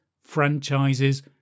franchises